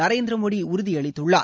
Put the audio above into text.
நரேந்திரமோடி உறுதியளித்துள்ளார்